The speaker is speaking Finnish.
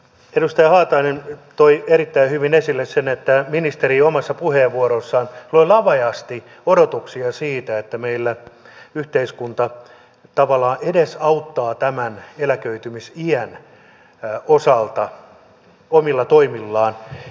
edustaja haatainen toi erittäin hyvin esille sen että ministeri omassa puheenvuorossaan loi laveasti odotuksia siitä että meillä yhteiskunta tavallaan edesauttaa tämän eläköitymis iän osalta omilla toimillaan